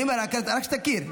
אני אומר, רק שתכיר.